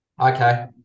okay